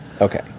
Okay